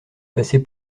passer